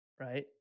right